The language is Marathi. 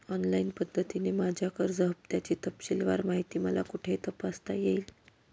ऑनलाईन पद्धतीने माझ्या कर्ज हफ्त्याची तपशीलवार माहिती मला कुठे तपासता येईल?